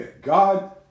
God